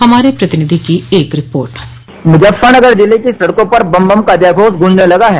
हमारे प्रतिनिधि की एक रिपोर्ट मुजफ्फरगर जिले की सड़कों पर बम बम का जयघोष गूंजने लगा है